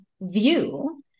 view